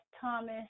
Thomas